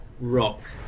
rock